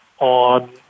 on